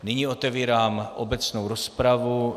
Nyní otevírám obecnou rozpravu.